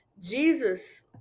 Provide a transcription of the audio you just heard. Jesus